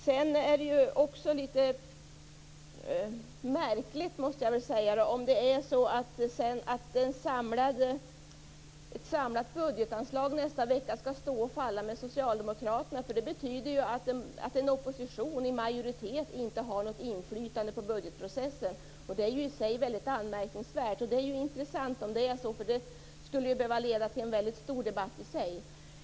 Det är också litet märkligt om det är så att ett samlat budgetanslag nästa vecka skall stå och falla med socialdemokraterna. Det betyder att en opposition i majoritet inte har något inflytande på budgetprocessen, och det är i sig väldigt anmärkningsvärt. Det är intressant om det är så, och det i sig skulle behöva leda till en väldigt stor debatt.